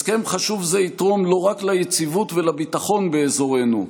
הסכם חשוב זה יתרום לא רק ליציבות ולביטחון באזורנו,